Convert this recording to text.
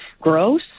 gross